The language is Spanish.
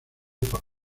por